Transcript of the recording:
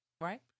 right